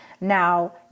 Now